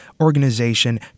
organization